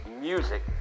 music